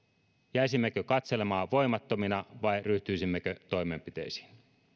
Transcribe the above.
jäisimmekö katselemaan voimattomina vai ryhtyisimmekö toimenpiteisiin